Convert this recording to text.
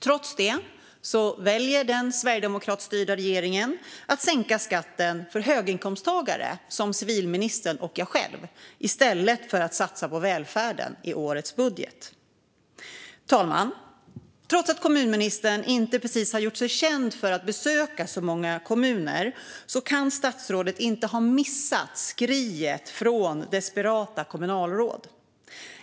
Trots det väljer den sverigedemokratstyrda regeringen att sänka skatten för höginkomsttagare som civilministern och jag själv i stället för att satsa på välfärden i årets budget. Fru talman! Trots att kommunministern inte precis har gjort sig känd för att besöka många kommuner kan statsrådet inte ha missat skriet från desperata kommunalråd.